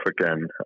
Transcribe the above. again